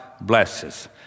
blesses